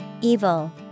Evil